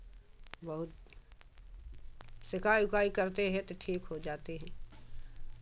बहुत सिकाई उकाई करते हैं त ठीक हो जाते हैं